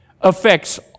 affects